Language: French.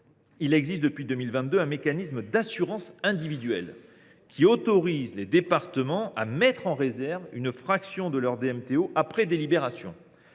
il existe depuis 2022 un mécanisme d’assurance individuelle, qui autorise les départements à mettre en réserve une fraction de leur produit de DMTO après délibération.